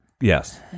Yes